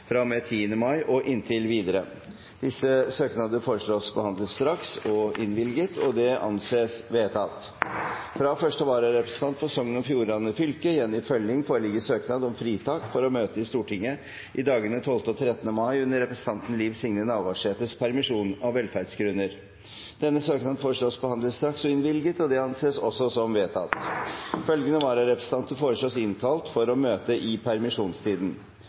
mai og inntil videre Disse søknader foreslås behandlet straks og innvilget. – Det anses vedtatt. Fra første vararepresentant for Sogn og Fjordane fylke, Jenny Følling, foreligger søknad om fritak for å møte i Stortinget i dagene 12. og 13. mai under representanten Liv Signe Navarsetes permisjon, av velferdsgrunner. Etter forslag fra presidenten ble enstemmig besluttet: Søknaden behandles straks og innvilges. Følgende vararepresentanter innkalles for å møte i permisjonstiden: